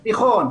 תיכון,